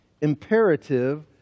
imperative